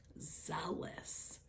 Zealous